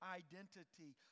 identity